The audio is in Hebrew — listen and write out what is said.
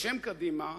בשם קדימה,